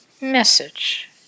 message